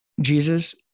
Jesus